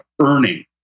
earning